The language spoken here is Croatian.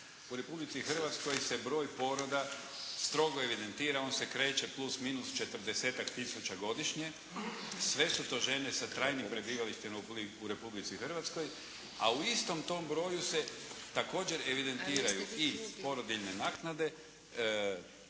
U Republici Hrvatskoj se broj poroda stroga evidentira. On se kreće plus, minus 40-ak tisuća godišnje. Sve su to žene sa trajnim prebivalištem u Republici Hrvatskoj. A u istom tom broju se također evidentiraju i porodiljne naknade,